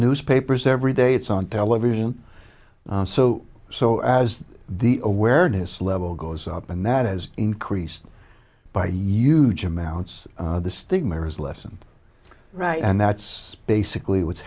newspapers every day it's on television so so as the awareness level goes up and that has increased by huge amounts the stigma has lessened right and that's basically what's